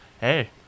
hey